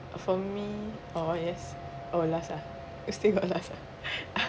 for me oh yes oh last lah still got last ah